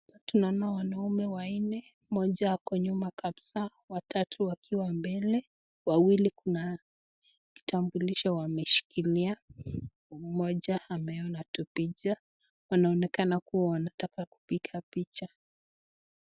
Tunaona wanaume wanne , mmoja ako nyuma kabisaa watatu wakiwa mbele, wawili kuna kitabulisho wameshikilia , mmoja ameona tu picha ,wanaonekana kuwa wanataka kupiga picha.